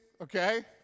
okay